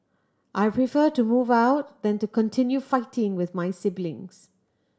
I prefer to move out than to continue fighting with my siblings